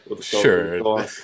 Sure